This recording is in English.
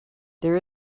there